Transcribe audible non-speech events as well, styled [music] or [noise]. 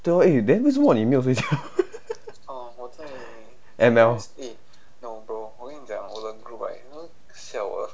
对 lor eh then 为什么你没有睡觉 [laughs] M_L